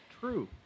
True